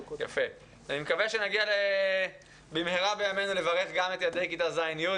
נקווה שנגיע במהרה בימינו לברך גם את ילדי כיתות ז' עד י',